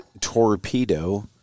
torpedo